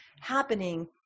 happening